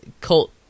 cult